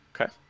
Okay